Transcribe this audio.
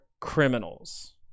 criminals